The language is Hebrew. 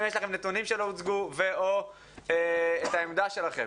אם יש לכם נתונים שלא הוצגו ו/או את העמדה שלכם.